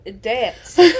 dance